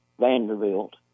Vanderbilt